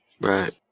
right